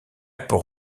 pour